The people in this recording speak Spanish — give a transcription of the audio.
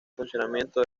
funcionamiento